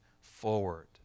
forward